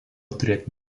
turėti